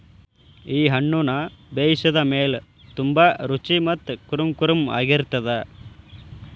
ಈ ಹಣ್ಣುನ ಬೇಯಿಸಿದ ಮೇಲ ತುಂಬಾ ರುಚಿ ಮತ್ತ ಕುರುಂಕುರುಂ ಆಗಿರತ್ತದ